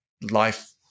life